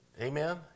Amen